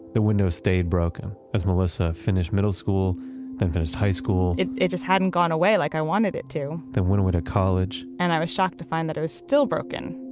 the window stayed broken as melissa finished middle school and finished high school, it it just hadn't gone away like i wanted it too. they went away to college, and i was shocked to find that it was still broken,